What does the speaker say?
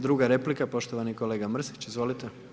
Druga replika poštovani kolega Mrsić, izvolite.